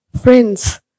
friends